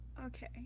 Okay